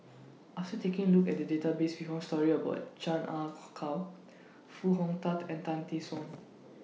after taking A Look At The Database We found stories about Chan Ah Kow Foo Hong Tatt and Tan Tee Suan